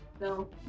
No